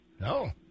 No